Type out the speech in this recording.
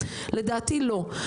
לדעתי לא.